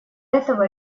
этого